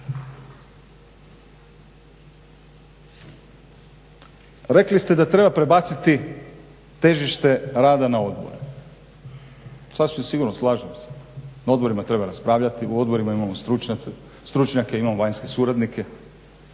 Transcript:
Rekli ste da treba prebaciti težište rada na odbore. Sasvim sigurno, slažem se. Na odborima treba raspravljati, u odborima imamo stručnjake, imamo vanjske suradnike